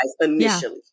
initially